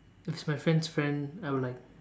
if it's my friend's friend I would like